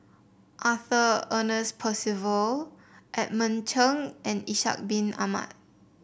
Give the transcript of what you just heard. Arthur Ernest Percival Edmund Cheng and Ishak Bin Ahmad